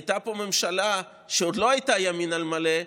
הייתה פה ממשלה שעוד לא הייתה ימין על מלא,